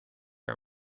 our